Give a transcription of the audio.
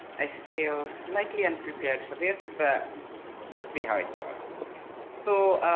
i feel slightly unprepared for this, but we'll see how it goes! so